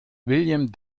william